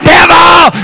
Devil